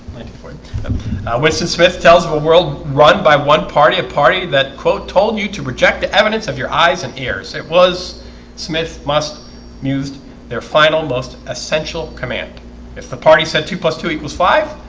um winston smith tells of a world run by one party a party that quote told you to reject the evidence of your eyes and ears it was smith must mused their final most essential command if the party said two plus two equals five,